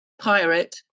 pirate